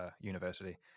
university